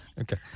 Okay